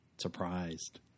surprised